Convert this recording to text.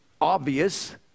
Obvious